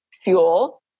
fuel